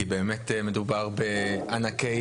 כי באמת מדובר בענקי